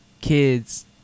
kids